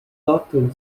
often